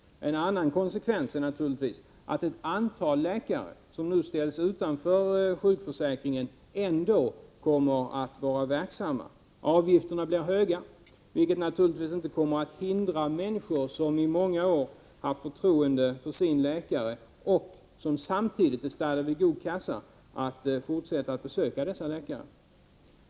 En annan konsekvens är naturligtvis att ett antal läkare, som nu ställs utanför sjukförsäkringen, ändå kommer att vara verksamma. Avgifterna blir höga, vilket naturligtvis inte kommer att hindra människor som i många år haft förtroende för sin läkare och samtidigt är stadda vid god kassa att fortsätta att besöka denna läkare.